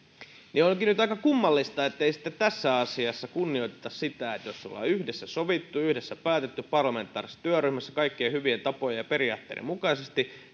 onkin nyt aika kummallista ettei tässä asiassa kunnioiteta sitä että jos ollaan yhdessä sovittu yhdessä päätetty parlamentaarisessa työryhmässä kaikkien hyvien tapojen ja periaatteiden mukaisesti